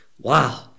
Wow